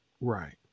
right